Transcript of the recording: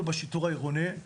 אנחנו בשיטור העירוני,